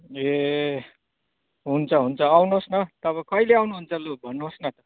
ए हुन्छ हुन्छ आउनुहोस् न तपाईँ कहिले आउनुहुन्छ लु भन्नुहोस् न